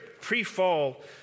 pre-fall